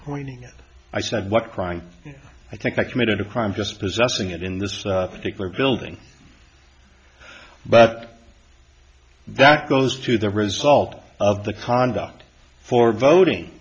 pointing i said what crying i think i committed a crime just possessing it in this particular building but that goes to the result of the conduct for voting